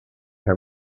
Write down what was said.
her